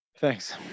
Thanks